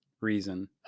reason